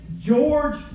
George